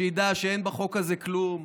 שידע שאין בחוק הזה כלום.